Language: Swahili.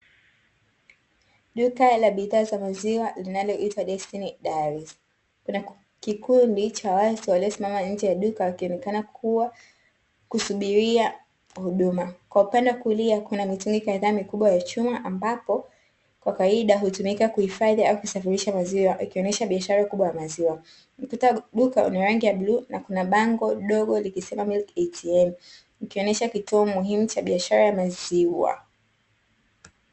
Duka la bidhaa za maziwa linaloitwa "Destiny Dairies". Kuna kikundi cha watu waliosimama nje ya duka wakionekana kuwa kusubiria huduma. Kwa upande wa kulia kuna mitungi kadhaa mikubwa ya chuma ambapo kwa kawaida hutumika kuhifadhi au kusafirisha maziwa, ikionyesha biashara kubwa ya maziwa. Ukuta wa duka una rangi ya bluu, na kuna bango dogo likisema "Milk ATM", ikionyesha kituo muhimu cha biashara ya maziwa.